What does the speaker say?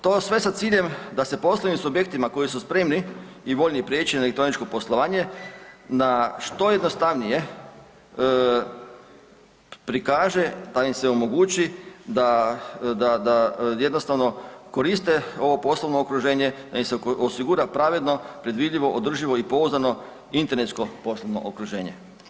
To sve sa ciljem da se poslovnim subjektima koji su spremni i voljni prijeći na elektroničko poslovanje na što jednostavnije prikaže da im se omogući da koriste ovo poslovno okruženje, da im se osigura pravedno, predvidivo, održivo i pouzdano internetsko poslovno okruženje.